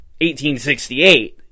1868